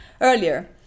earlier